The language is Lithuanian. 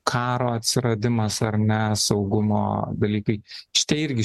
karo atsiradimas ar ne saugumo dalykai šitie irgi